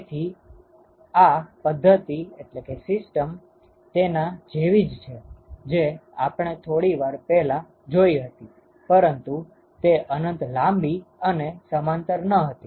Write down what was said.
તેથી આ પદ્ધતિ તેના જેવી જ છે જે આપણે થોડી વાર પેલા જોઈ હતી પરંતુ તે અનંત લાંબી અને સમાંતર ન હતી